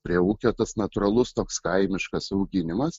prie ūkio tas natūralus toks kaimiškas auginimas